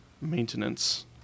maintenance